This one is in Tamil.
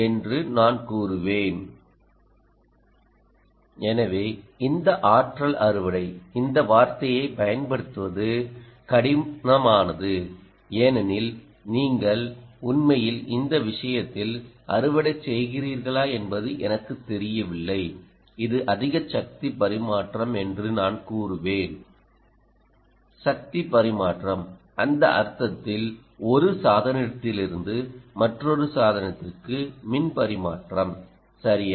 என்று நான் கூறுவேன் சக்தி பரிமாற்றம் அந்த அர்த்தத்தில் ஒரு சாதனத்திலிருந்து மற்றொரு சாதனத்திற்கு மின் பரிமாற்றம் சரியா